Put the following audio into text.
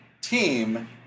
team